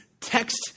text